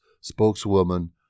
spokeswoman